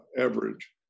average